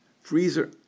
Freezer